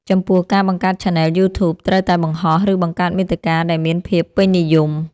ចំពោះ ការបង្កើតឆានែលយូធូបត្រូវតែបង្ហោះ ឬបង្កើតមាតិកាដែលមានភាពពេញនិយម។